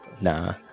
Nah